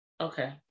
okay